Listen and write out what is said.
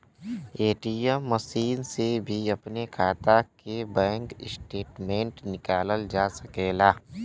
ATM machine से भी अपने खाता के बैंक स्टेटमेंट निकालल जा सकेला